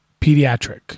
Pediatric